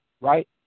right